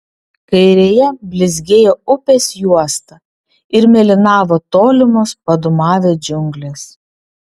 kairėje blizgėjo upės juosta ir mėlynavo tolimos padūmavę džiunglės